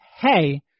hey